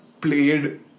played